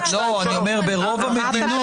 ברוב המדינות.